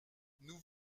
nous